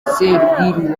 serwiri